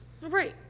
Right